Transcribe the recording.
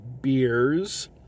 Beers